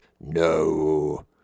No